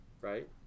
right